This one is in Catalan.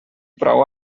prou